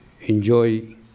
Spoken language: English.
enjoy